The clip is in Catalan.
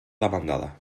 demandada